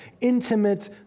intimate